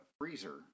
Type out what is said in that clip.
freezer